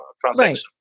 transaction